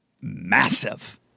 massive